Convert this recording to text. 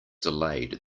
delayed